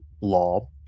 law